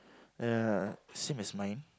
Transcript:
ya same as mine